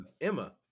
Emma